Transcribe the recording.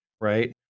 right